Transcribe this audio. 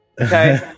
Okay